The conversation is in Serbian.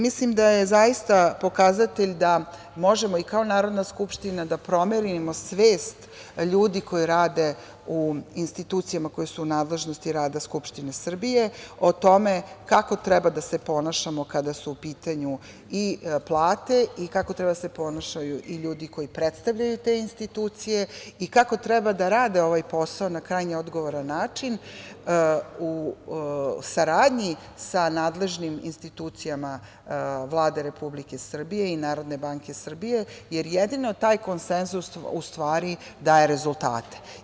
Mislim da je ovo zaista pokazatelj da možemo i kao Narodna skupština da promenimo svest ljudi koji rade u institucijama koje su u nadležnosti rada Skupštine Srbije, o tome kako treba da se ponašamo kada su u pitanju i plate i kako treba da se ponašaju ljudi koji predstavljaju te institucije i kako treba da rade ovaj posao, na krajnje odgovoran način, u saradnji sa nadležnim institucijama Vlade Republike Srbije i Narodne banke Srbije, jer jedino taj konsenzus u stvari daje rezultate.